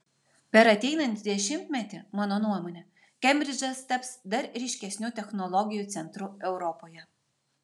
per ateinantį dešimtmetį mano nuomone kembridžas taps dar ryškesniu technologijų centru europoje